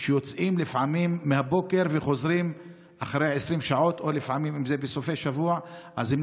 שיוצאים לפעמים בבוקר וחוזרים אחרי 20 שעות או לפעמים,